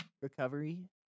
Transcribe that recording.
recovery